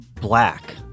black